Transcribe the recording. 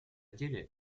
деле